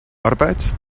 arbeit